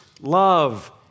love